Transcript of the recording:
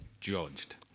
judged